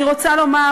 אני רוצה לומר